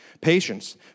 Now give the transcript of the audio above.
Patience